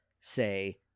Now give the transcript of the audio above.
say